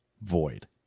void